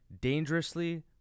Dangerously